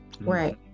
Right